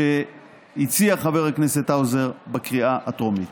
שהציע חבר הכנסת האוזר בקריאה הטרומית.